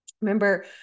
Remember